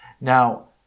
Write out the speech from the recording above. Now